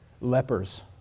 lepers